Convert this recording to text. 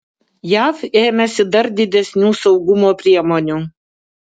jav ėmėsi dar didesnių saugumo priemonių